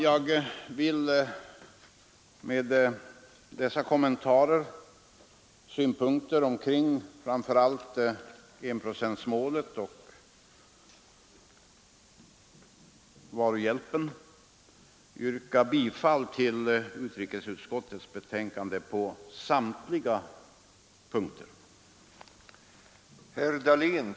Jag vill med dessa kommentarer och synpunkter kring framför allt enprocentsmålet och varuhjälpen yrka bifall till utrikesutskottets hemställan på samtliga punkter.